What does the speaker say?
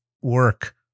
work